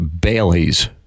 Bailey's